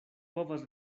povas